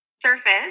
surface